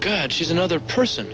god she's another person